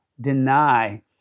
deny